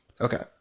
Okay